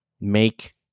make